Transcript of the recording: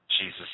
Jesus